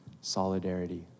solidarity